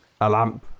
Alamp